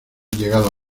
llegado